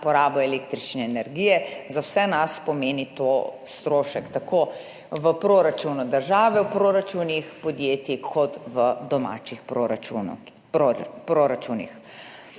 porabo električne energije, za vse nas pomeni to strošek tako v proračunu države, v proračunih podjetij kot v domačih proračunu